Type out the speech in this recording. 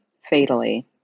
fatally